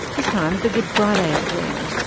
this time, the good friday agreement.